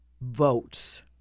votes